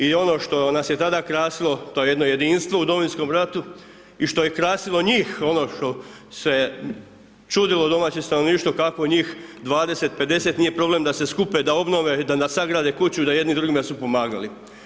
I ono što nas je tada krasilo to je jedno jedinstvo u Domovinskom ratu i što je krasilo njih ono što se čudilo domaće stanovništvo kako njih 20, 50 nije problem da se skupe da obnove, da nam sagrade kuću da jedni drugima su pomagali.